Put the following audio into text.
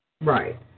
Right